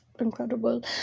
incredible